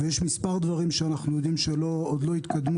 ויש מספר שאנחנו יודעים שעוד לא התקדמו